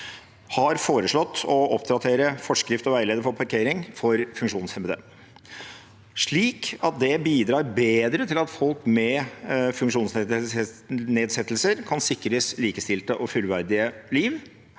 har foreslått å oppdatere forskrift og veileder for parkering for funksjonshemmede, slik at det bidrar bedre til at folk med funksjonsnedsettelser kan sikres et likestilt og fullverdig liv.